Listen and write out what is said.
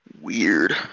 weird